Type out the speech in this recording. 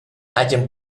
hagien